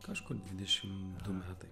kažkur dvidešim du metai